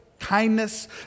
kindness